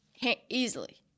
Easily